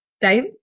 Time